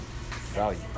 value